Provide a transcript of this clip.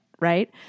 right